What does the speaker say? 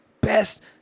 Best